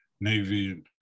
Navy